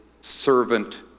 servant